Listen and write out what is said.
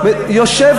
יאיר,